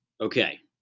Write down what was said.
okay